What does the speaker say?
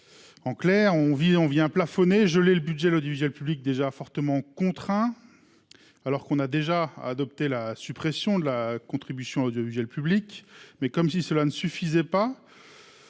on vit, on vient plafonné je le budget, l'audiovisuel public, déjà fortement contraint. Alors qu'on a déjà adopté la suppression de la contribution à l'audiovisuel public. Mais comme si cela ne suffisait pas.